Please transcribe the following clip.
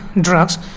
drugs